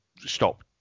stop